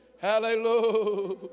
hallelujah